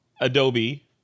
Adobe